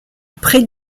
pré